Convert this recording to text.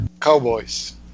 cowboys